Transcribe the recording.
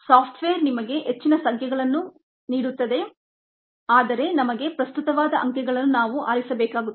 software ನಿಮಗೆ ಹೆಚ್ಚಿನ ಸಂಖ್ಯೆಯ ಅಂಕೆಗಳನ್ನು ನೀಡುತ್ತದೆ ಆದರೆ ನಮಗೆ ಪ್ರಸ್ತುತವಾದ ಅಂಕೆಗಳನ್ನು ನಾವು ಆರಿಸಬೇಕಾಗುತ್ತದೆ